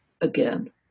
again